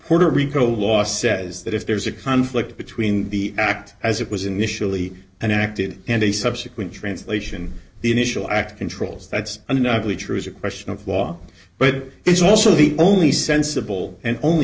puerto rico law says that if there's a conflict between the act as it was initially and acted and a subsequent translation the initial act controls that's not really true is a question of law but it is also the only sensible and